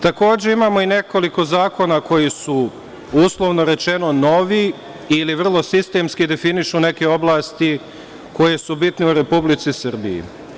Takođe, imamo i nekoliko zakona koji su, uslovno rečeno, novi ili vrlo sistemski definišu neke oblasti koje su bitne u Republici Srbiji.